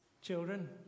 Children